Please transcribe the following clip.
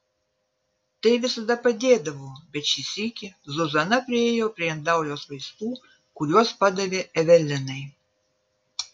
tai visada padėdavo bet šį sykį zuzana priėjo prie indaujos vaistų kuriuos padavė evelinai